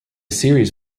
series